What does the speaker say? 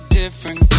different